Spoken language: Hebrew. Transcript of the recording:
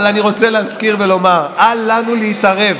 אבל אני רוצה להזכיר ולומר: אל לנו להתערב,